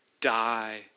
die